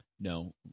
No